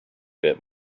bit